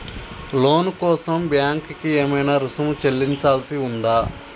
లోను కోసం బ్యాంక్ కి ఏమైనా రుసుము చెల్లించాల్సి ఉందా?